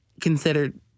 considered